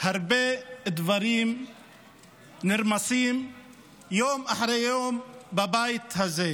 הרבה דברים נרמסים יום אחרי יום בבית הזה.